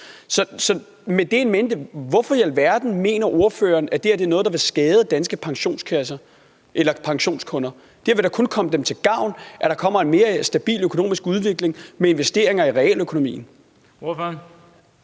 Så med det in mente: Hvorfor i alverden mener ordføreren, at det her er noget, der vil skade danske pensionskunder? Det ville da kun komme dem til gavn, at der kom en mere stabil økonomisk udvikling med investeringer i realøkonomien. Kl.